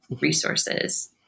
resources